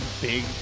big